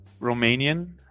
Romanian